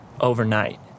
overnight